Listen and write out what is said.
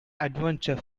adventure